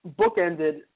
bookended